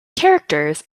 characters